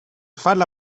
farla